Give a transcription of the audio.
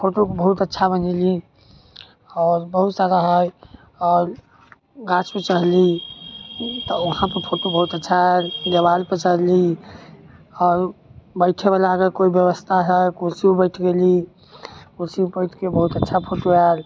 photo बहुत अच्छा बनेलिए आओर बहुत सारा हइ आओर गाछपर चढ़ली तऽ वहाँपर फोटो बहुत अच्छा आएल देबालपर चढ़ली आओर बैठेवला अगर कोइ बेबस्था हइ कुरसीपर बैठि गेली कुरसीपर बैठिके बहुत अच्छा फोटो आएल